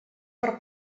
per